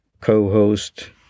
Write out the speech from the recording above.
co-host